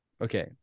Okay